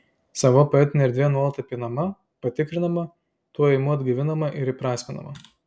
sava poetinė erdvė nuolat apeinama patikrinama tuo ėjimu atgaivinama ir įprasminama